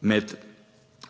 med